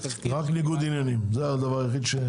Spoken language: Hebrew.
רק ניגוד עניינים זה הדבר היחיד.